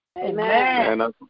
Amen